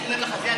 אני אומר לך זה,